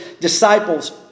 disciples